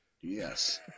Yes